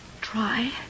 try